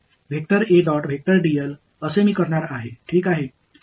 எனவே இதைத்தான் நான் செய்யப் போகிறேன்